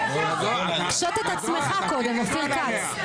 --- קשוט את עצמך קודם, אופיר כץ.